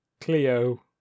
Clio